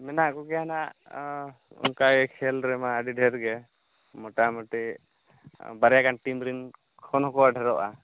ᱢᱮᱱᱟᱜ ᱠᱚᱜᱮᱭᱟ ᱱᱟᱦᱟᱜ ᱚᱱᱠᱟ ᱜᱮ ᱠᱷᱮᱞ ᱨᱮᱢᱟ ᱟᱹᱰᱤ ᱰᱷᱮᱨ ᱜᱮ ᱢᱚᱴᱟᱢᱩᱴᱤ ᱵᱟᱨᱭᱟ ᱜᱟᱱ ᱴᱤᱢᱨᱮᱱ ᱠᱷᱚᱱ ᱦᱚᱸᱠᱚ ᱰᱷᱮᱨᱚᱜᱼᱟ